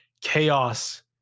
chaos